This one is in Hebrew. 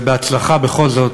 ובהצלחה, בכל זאת,